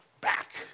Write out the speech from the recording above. back